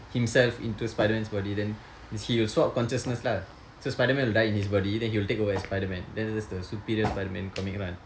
himself into spiderman's body then he will swap consciousness lah so spiderman will die in his body then he will take over as spiderman then that's the stupidest spiderman comic lah